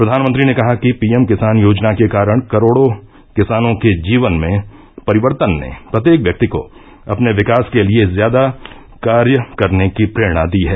प्रधानमंत्री ने कहा कि पीएम किसान योजना के कारण करोडों किसानों के जीवन में परिवर्तन ने प्रत्येक व्यक्ति को अपने विकास के लिए ज्यादा कार्य करने की प्ररेणा दी है